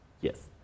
Yes